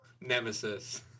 Nemesis